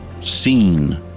seen